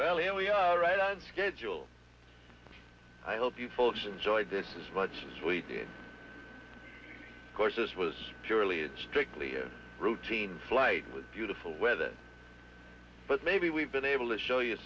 well here we are right on schedule i hope you folks enjoyed this much as we did courses was purely strictly a routine flight with beautiful weather but maybe we've been able to show you